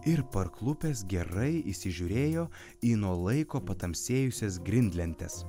ir parklupęs gerai įsižiūrėjo į nuo laiko patamsėjusias grindlentes